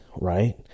Right